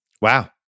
Wow